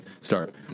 start